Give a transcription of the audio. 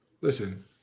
Listen